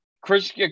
Chris